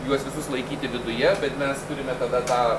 juos visus laikyti viduje bet mes turime tada tą